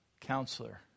counselor